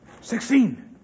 Sixteen